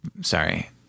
sorry